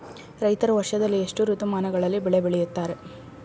ರೈತರು ವರ್ಷದಲ್ಲಿ ಎಷ್ಟು ಋತುಮಾನಗಳಲ್ಲಿ ಬೆಳೆ ಬೆಳೆಯುತ್ತಾರೆ?